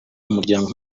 umuryango